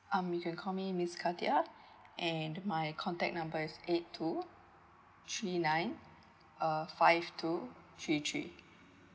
um you can call me miss katia and my contact number is eight two three nine uh five two three three